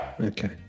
Okay